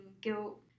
guilt